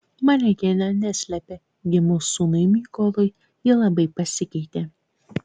manekenė neslepia gimus sūnui mykolui ji labai pasikeitė